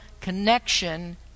connection